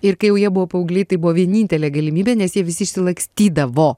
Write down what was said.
ir kai jau jie buvo paaugliai tai buvo vienintelė galimybė nes jie visi išsilakstydavo